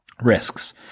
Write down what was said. Risks